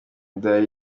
imidari